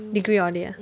degree audit ah